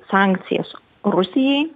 sankcijas rusijai